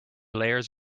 layers